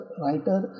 writer